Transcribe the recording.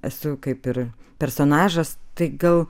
esu kaip ir personažas tai gal